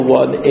one